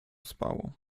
spało